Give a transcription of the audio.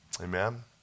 Amen